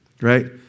right